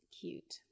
cute